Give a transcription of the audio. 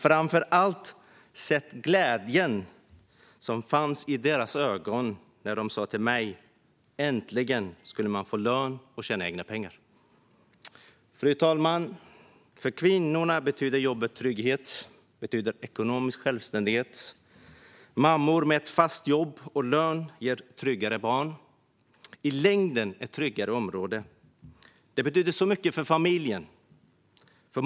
Framför allt har jag sett glädjen i deras ögon när de sa till mig: Äntligen ska vi få lön och tjäna egna pengar! Fru talman! För kvinnorna betyder jobbet trygghet och ekonomisk självständighet. Mammor med ett fast jobb och lön ger tryggare barn och i längden ett tryggare område. Det betyder så mycket för familjen.